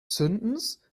zündens